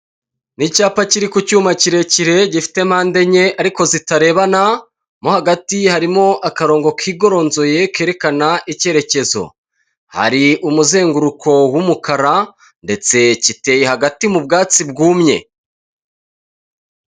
Ni icyapa kiri ku cyuma kirekire, gifite mpande enye ariko zitarebana, mo hagati harimo akarongo kigoronzoye kerekana icyerekezo. Hari umuzenguruko w'umukara, ndetse giteye hagati mu byatsi bwumye.